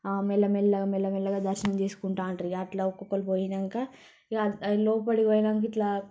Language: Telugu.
మెల్ల మెల్లగా మెల్ల మెల్లగా దర్శనం చేసుకుంటారు ఇక అట్లా ఒకొక్కరు పోయాక ఇక లోపలికి పోయాక ఇట్లా